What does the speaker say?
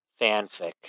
fanfic